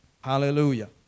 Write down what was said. Hallelujah